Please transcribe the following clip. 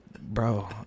bro